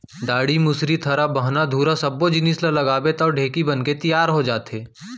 डांड़ी, मुसरी, थरा, बाहना, धुरा सब्बो जिनिस ल लगाबे तौ ढेंकी बनके तियार हो जाथे